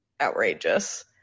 outrageous